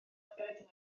lygaid